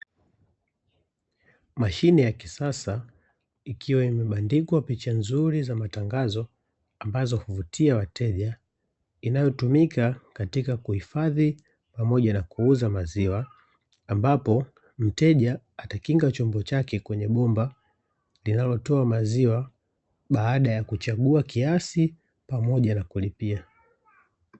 Mashine ya kisasa ikiwa imebandikwa picha nzuri za matangazo ambazo huvutia wateja inayotumika katika kuhifadhi pamoja na kuuza maziwa, ambapo mteja atakinga chombo chake kwenye bomba linalotoa maziwa baada ya kuchagua kiasi pamoja na kulipia